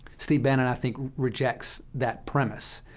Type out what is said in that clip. steve bannon i think rejects that premise,